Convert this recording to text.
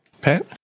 Pat